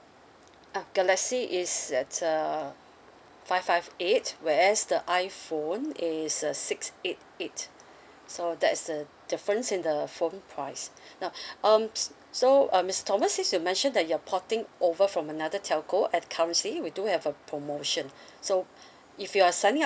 ah galaxy is at uh five five eight where as the iphone is uh six eight eight so that is the difference in the phone price now um s~ so mister thomas since you mentioned that you're porting over from another telco at currently we do have a promotion so if you're signing up